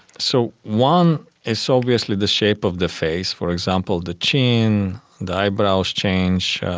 so, one, it's obviously the shape of the face, for example the chin, the eyebrows change,